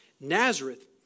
Nazareth